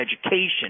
education